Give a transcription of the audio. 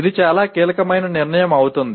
ఇది చాలా కీలకమైన నిర్ణయం అవుతుంది